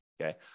okay